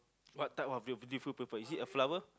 what type of beautiful paper is it the flower